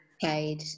paid